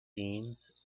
teams